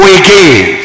again